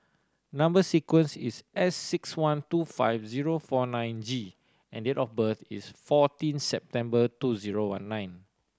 number sequence is S six one two five zero four nine G and date of birth is fourteen September two zero one nine